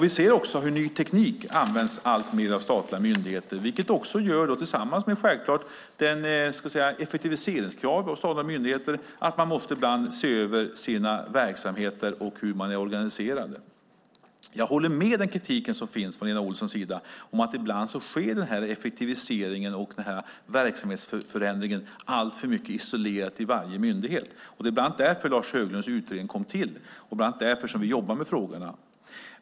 Vi ser också hur ny teknik används alltmer av statliga myndigheter, vilket tillsammans med effektiviseringskrav hos myndigheterna gör att man ibland måste se över sina verksamheter och hur man är organiserad. Jag håller med kritiken från Lena Olsson om att effektiviseringen och verksamhetsförändringen ibland sker alltför isolerat i varje myndighet. Det var bland annat därför Lars Högdahls utredning kom till, och det är bland annat därför vi jobbar med frågorna.